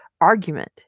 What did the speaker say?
argument